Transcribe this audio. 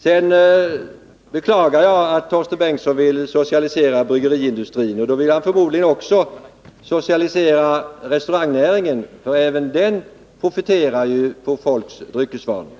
Jag beklagar att Torsten Bengtson vill socialisera bryggeriindustrin. Då vill han förmodligen också socialisera restaurangnäringen, för även den profiterar ju på folks dryckesvanor.